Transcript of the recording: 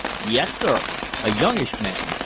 yes, sir a youngish man.